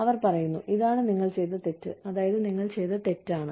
അവർ പറയുന്നു ഇതാണ് നിങ്ങൾ ചെയ്ത തെറ്റ് അതായത് നിങ്ങൾ ചെയ്തത് തെറ്റാണ്